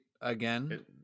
again